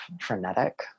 frenetic